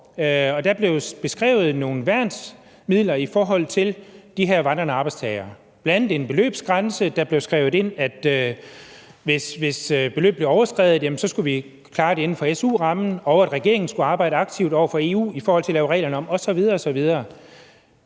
der blev beskrevet nogle værnsmidler i forhold til de her vandrende arbejdstagere, bl.a. en beløbsgrænse. Der blev skrevet ind, at hvis beløbet blev overskredet, skulle vi klare det inden for su-rammen, og at regeringen skulle arbejde aktivt over for EU i forhold til at lave reglerne om osv. osv.